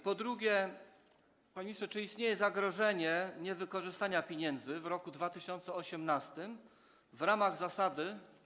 Po drugie, panie ministrze, czy istnieje zagrożenie niewykorzystania pieniędzy w roku 2018 w ramach zasady n+3?